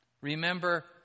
Remember